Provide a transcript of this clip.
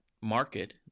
market